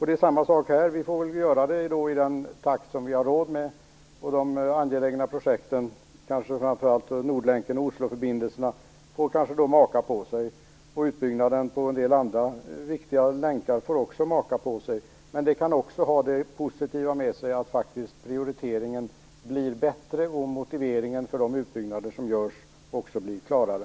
Det är samma sak här; vi får väl göra det i den takt som vi har råd med. De angelägna projekten - kanske då framför allt Nordlänken och Osloförbindelserna men även utbyggnaden på en del andra viktiga länkar - får kanske då maka på sig. Det kan också ha det positiva med sig att prioriteringen faktiskt blir bättre och att motiveringen för de utbyggnader som görs blir klarare.